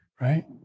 right